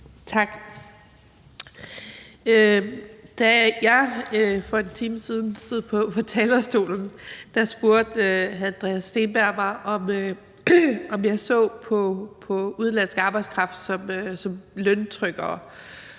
Tak. Da jeg for en time siden stod på talerstolen, spurgte hr. Andreas Steenberg mig, om jeg så på udenlandsk arbejdskraft som løntrykkere,